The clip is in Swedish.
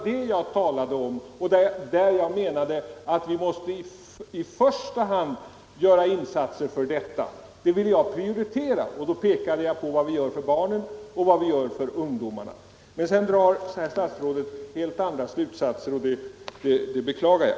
Det är sådana människor som vi i första hand måste göra insatser för. Och därvid pekade jag på att vi gör alldeles för litet för barnen och ungdomarna. Av detta drar sedan herr statsrådet helt andra slutsatser. Det beklagar jag.